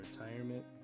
retirement